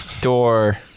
door